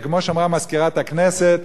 כמו שאמרה מזכירת הכנסת: